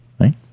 right